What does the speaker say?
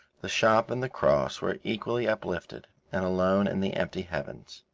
the shop and the cross were equally uplifted and alone in the empty heavens.